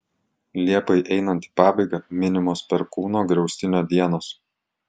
liepai einant į pabaigą minimos perkūno griaustinio dienos